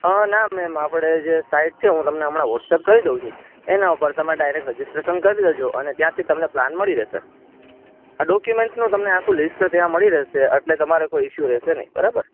હ ના મેમ આપળે જે સાઇડ છે હું તમને હમણાં વોટ્સઅપ કરી દઉ છું એના ઉપર તમે ડાયરેક રજીસ્ટ્રેશન કરી દેજો અને ત્યાંથી તમને પ્લાન મળી રેશે આ ડોક્યુમેન્ટ્સનું તમને આખું લિસ્ટ ત્યાં મળી રેશે અટલે તમારે કોઈ ઇસુ રેશે નઇ બરાબર